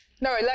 No